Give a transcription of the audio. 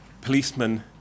policemen